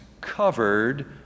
covered